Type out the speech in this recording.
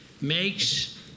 makes